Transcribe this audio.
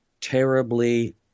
terribly